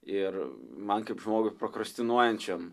ir man kaip žmogui prokrastinuojančiam